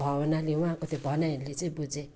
भावनाले उहाँको त्यो भनाइहरूले चाहिँ बुझेँ